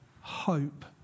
hope